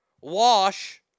wash